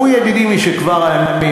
הוא ידידי משכבר הימים.